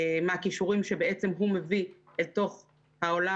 מה הכישורים שהוא מביא אל תוך העולם